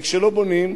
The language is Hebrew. וכשלא בונים,